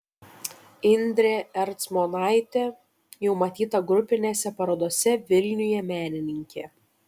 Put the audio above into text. indrė ercmonaitė jau matyta grupinėse parodose vilniuje menininkė